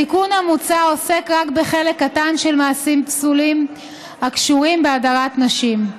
התיקון המוצע עוסק רק בחלק קטן של מעשים פסולים הקשורים בהדרת נשים.